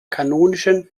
kanonischen